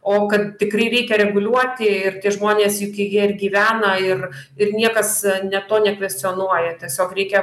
o kad tikrai reikia reguliuoti ir tie žmonės juk jie ir gyvena ir ir niekas net to nekvescionuoja tiesiog reikia